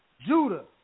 Judah